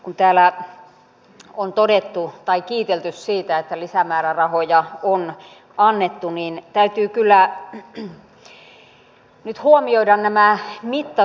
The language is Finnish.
kun täällä on kiitelty siitä että lisämäärärahoja on annettu niin täytyy kyllä nyt huomioida nämä mittasuhteet